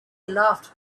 laughed